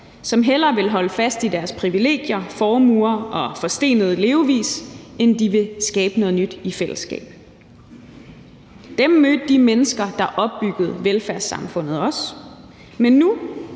som hellere vil holde fast i deres privilegier, formuer og forstenede levevis, end de vil skabe noget nyt i fællesskab. Dem mødte de mennesker, der opbyggede velfærdssamfundet, også. Men nu